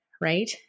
Right